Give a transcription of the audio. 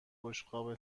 بشقاب